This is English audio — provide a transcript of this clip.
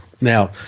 Now